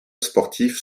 sportif